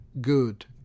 good